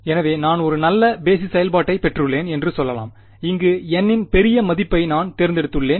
எனவே நான் ஒரு நல்ல பேஸிஸ் செயல்பாட்டைப் பெற்றுள்ளேன் என்று சொல்லலாம் இங்கு N இன் பெரிய மதிப்பை நான் தேர்ந்தெடுத்துள்ளேன்